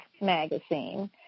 magazine